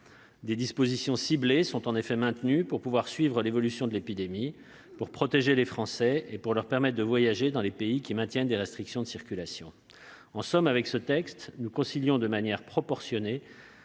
Des dispositions ciblées sont en effet maintenues pour pouvoir suivre l'évolution de l'épidémie, pour protéger les Français et leur permettre de voyager dans les pays maintenant des restrictions de circulation. En somme, avec ce texte, nous concilions de manière proportionnée